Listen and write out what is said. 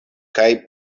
kaj